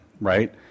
right